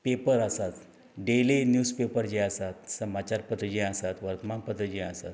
paper आसात daily newspaper जे आसात समाचार पत्र जीं आसात वर्तमानपत्र जीं आसात